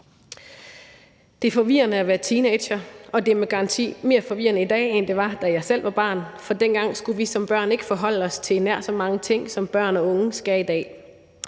Det er forvirrende at være teenager, og det er med garanti mere forvirrende i dag, end det var, da jeg selv var barn, for dengang skulle vi som børn ikke forholde os til nær så mange ting, som børn og unge skal i dag.